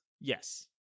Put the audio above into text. Yes